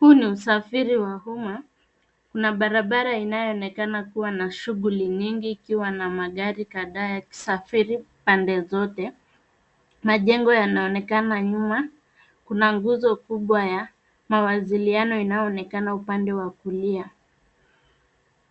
Huu ni usafiri wa umma, kuna barabara inayoonekana kuwa na shughuli nyingi ikiwa na magari yakisafiri pande zote. Majengo yanaonekana nyuma. Kuna nguzo kubwa ya mawasiliano inayoonekana upande wa kulia.